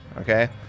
Okay